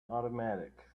automatic